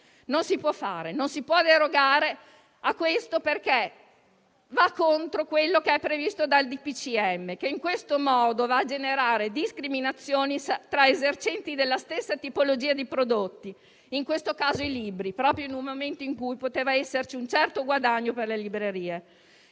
non si può fare, non si può derogare perché va contro quanto previsto dal DPCM, che in questo modo va a generare discriminazioni tra esercenti della stessa tipologia di prodotti, in questo caso i libri, proprio in un momento in cui poteva esserci un certo guadagno per le librerie.